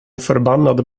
förbannad